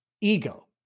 ego